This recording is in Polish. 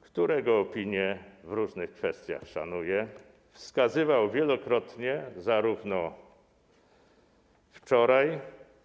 którego opinie w różnych kwestiach szanuję, wskazywał wielokrotnie, zarówno wczoraj,